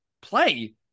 play